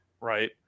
right